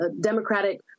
Democratic